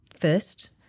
first